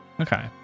Okay